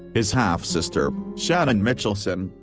his half-sister, shannon michelson,